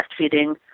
breastfeeding